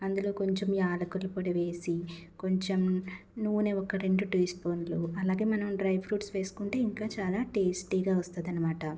అందులో కొంచెం యాలకుల పొడి వేసి కొంచెం నూనె ఒక రెండు టీ స్పూన్లు అలాగే మనం డ్రై ఫ్రూట్స్ వేసుకుంటే ఇంకా చాలా టేస్టీగా వస్తుందనమాట